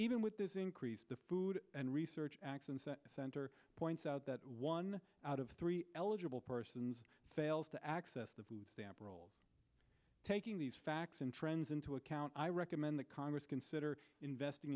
even with this increase the food and research center points out that one out of three eligible persons fails to access the food stamp rolls taking these facts and trends into account i recommend that congress consider investing